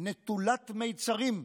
נטולת מצרים,